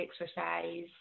exercise